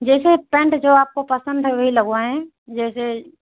जैसे पेंट जो आपको पसंद है वही लगवाएं जैसे